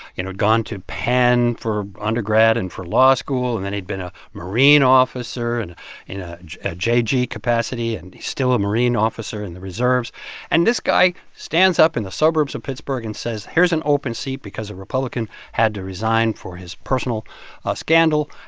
you know, gone to penn for undergrad and for law school. and then he'd been a marine officer in a jg a jg capacity. and he's still a marine officer in the reserves and this guy stands up in the suburbs of pittsburgh and says, here's an open seat because a republican had to resign for his personal scandal.